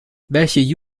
welche